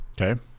Okay